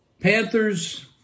Panthers